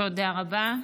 תודה רבה.